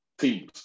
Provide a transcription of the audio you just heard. teams